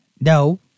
No